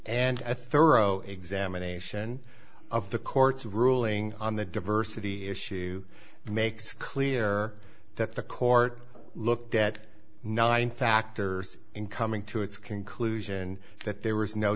and i thorough examination of the court's ruling on the diversity issue makes clear that the court looked at nine factors in coming to its conclusion that there was no